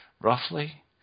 roughly